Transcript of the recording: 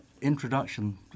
introduction